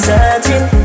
Searching